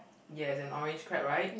yes an orange crab right